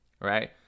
right